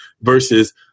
versus